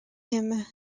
him